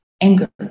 anger